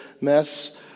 mess